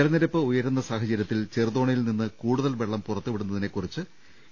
ജലനിരപ്പ് ഉയരുന്ന സാഹചര്യത്തിൽ ചെറുതോണിയിൽനിന്ന് കൂടുതൽ വെള്ളം പുറത്തുവിടുന്നതിനെക്കുറിച്ച്